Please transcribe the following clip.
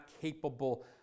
capable